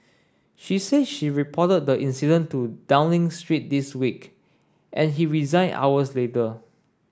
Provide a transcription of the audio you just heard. she say she reported the incident to Downing Street this week and he resigned hours later